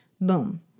Boom